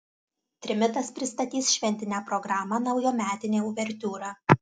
trimitas pristatys šventinę programą naujametinė uvertiūra